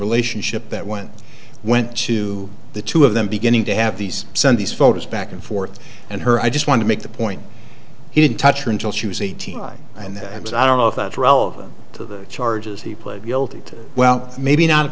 relationship that went went to the two of them beginning to have these send these photos back and forth and her i just want to make the point he didn't touch her until she was eighteen and that was i don't know if that's relevant to the charges he pled guilty to well maybe not